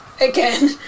again